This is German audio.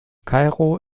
kairo